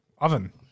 Oven